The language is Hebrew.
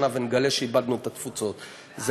בשביל זה